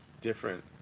different